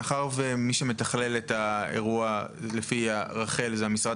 מאחר ומי שמתכלל את האירוע לפי רח"ל זה המשרד